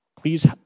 Please